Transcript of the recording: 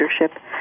leadership